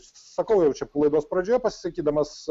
sakau jau čia laidos pradžioje pasisakydamas